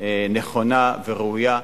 נכונה וראויה.